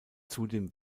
zudem